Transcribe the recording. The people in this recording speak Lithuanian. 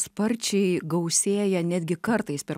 sparčiai gausėja netgi kartais per